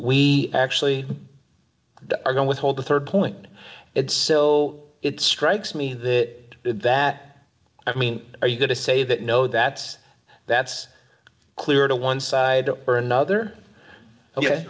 we actually are going withhold the rd point it's so it strikes me that that i mean are you going to say that no that's that's clear to one side or another ok